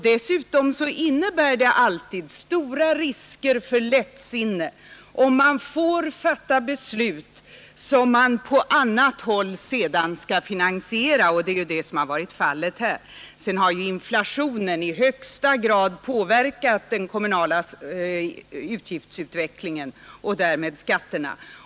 Dessutom innebär det alltid stora risker för lättsinne, om man får fatta beslut som skall finansieras på annat håll, och det är ju det som skett i detta fall. Inflationen har också i högsta grad påverkat den kommunala utgiftsutvecklingen och därmed skatterna.